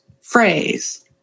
phrase